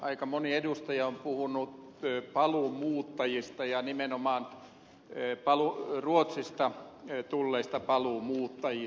aika moni edustaja on puhunut paluumuuttajista ja nimenomaan ruotsista tulleista paluumuuttajista